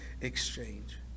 exchange